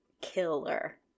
killer